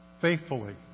faithfully